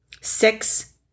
six